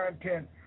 content